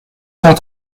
cent